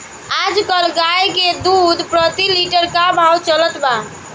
आज कल गाय के दूध प्रति लीटर का भाव चलत बा?